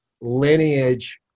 lineage